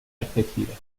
algeciras